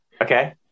Okay